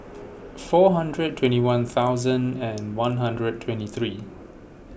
four hundred and twenty one thousand and one hundred and twenty three